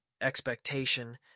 expectation